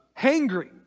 hangry